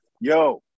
yo